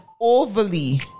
overly